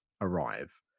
arrive